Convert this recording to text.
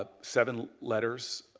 seven letters,